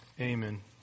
amen